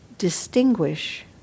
Distinguish